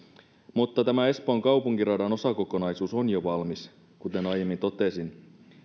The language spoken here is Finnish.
mutta tämä espoon kaupunkiradan osakokonaisuus on jo valmis kuten aiemmin totesin